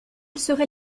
serait